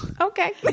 Okay